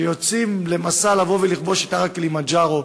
שיוצאים למסע לכבוש את הר הקילימנג'רו,